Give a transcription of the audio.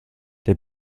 der